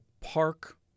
park